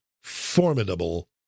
formidable